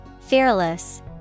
Fearless